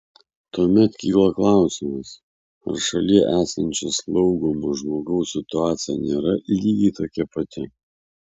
tuomet kyla klausimas ar šalie esančio slaugomo žmogaus situacija nėra lygiai tokia pati